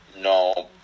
No